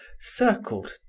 circled